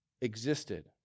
existed